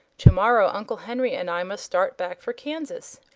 tomorrow uncle henry and i must start back for kansas.